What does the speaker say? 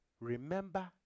Remember